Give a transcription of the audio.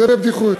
זה בדיחות.